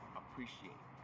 appreciate